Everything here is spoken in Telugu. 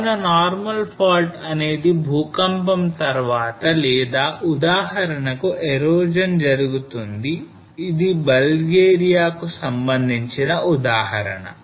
కావున normal fault అనేది భూకంపం తర్వాత లేదా ఉదాహరణకు erosion జరుగుతుంది ఇది Bulgaria కు సంబంధించిన ఉదాహరణ